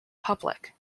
public